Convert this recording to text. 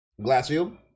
Glassfield